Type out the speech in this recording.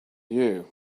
you